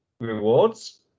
rewards